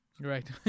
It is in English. Right